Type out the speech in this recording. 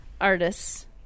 artists